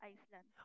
Iceland